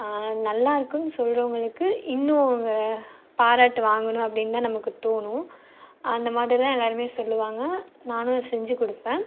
நல்லாருக்குன்னு சொல்றவங்களுக்கு இன்னும் அவங்க பாராட்டு வாங்கணும் அப்படின் தான் நமக்கு தோணும் அந்த மாதிரி தான் எல்லாருமே சொல்லுவாங்க நானும் செஞ்சி கொடுப்பேன்